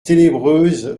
ténébreuse